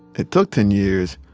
it took ten years,